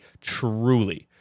Truly